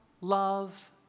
love